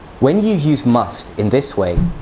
when you use must in this way,